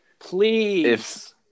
Please